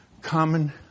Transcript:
common